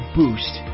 boost